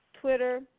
Twitter